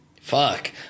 fuck